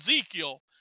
Ezekiel